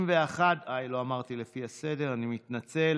61. אוי, לא אמרתי לפי הסדר, ואני מתנצל.